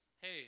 Hey